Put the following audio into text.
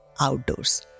outdoors